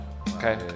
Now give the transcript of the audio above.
Okay